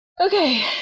Okay